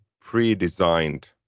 pre-designed